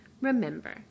Remember